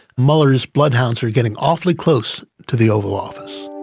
mueller's bloodhounds are getting awfully close to the oval office.